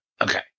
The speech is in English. Okay